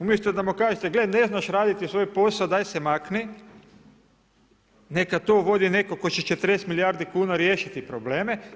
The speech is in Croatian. Umjesto da mu kažete, gle ne znaš raditi svoj posao, daj se makni, neka to vodi netko tko će 40 milijardi kuna riješiti probleme.